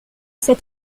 cet